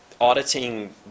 auditing